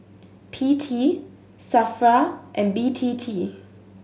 P T SAFRA and B T T